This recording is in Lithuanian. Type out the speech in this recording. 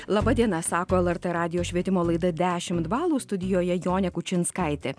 laba diena sako lrt radijo švietimo laida dešimt balų studijoje jonė kučinskaitė